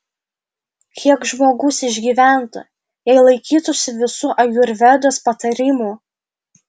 kiek žmogus išgyventų jei laikytųsi visų ajurvedos patarimų